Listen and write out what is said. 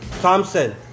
Thompson